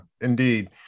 indeed